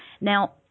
Now